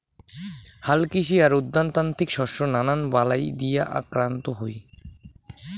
হালকৃষি আর উদ্যানতাত্ত্বিক শস্য নানান বালাই দিয়া আক্রান্ত হই